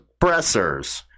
suppressors